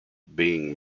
being